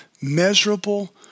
measurable